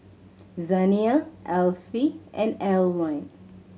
Zaniyah Alfie and Alwine